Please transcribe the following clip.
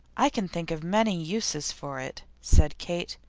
i can think of many uses for it, said kate.